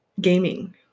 Gaming